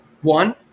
one